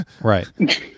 Right